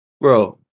bro